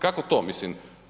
Kako to mislim?